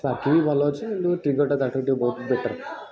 Sparky ବି ଭଲ ଅଛି କିନ୍ତୁ ଟ୍ରିଗର୍ଟା ତାଠୁ ବହୁତ ବେଟର୍